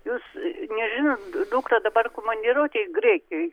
jūs nežinot dukra dabar komandiruotėj graikijoj